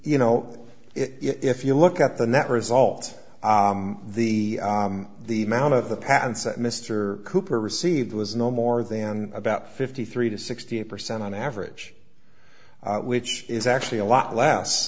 you know if you look at the net result the the amount of the patents that mr cooper received was no more than about fifty three to sixty percent on average which is actually a lot less